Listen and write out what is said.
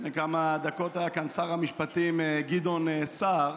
לפני כמה דקות היה כאן שר המשפטים גדעון סער,